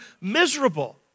miserable